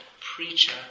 preacher